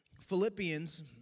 Philippians